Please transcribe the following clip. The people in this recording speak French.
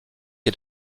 est